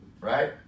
right